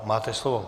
Máte slovo.